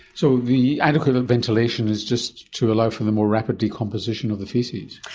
so the adequate ventilation is just to allow for the more rapid decomposition of the faeces.